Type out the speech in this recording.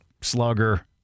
slugger